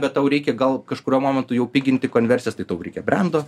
bet tau reikia gal kažkuriuo momentu jau piginti konversijas tai tau reikia brendo